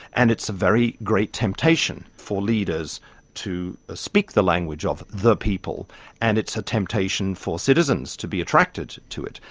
and it's a very great temptation for leaders to speak the language of the people and it's a temptation for citizens to be attracted to it.